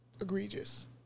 egregious